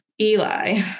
Eli